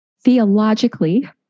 Theologically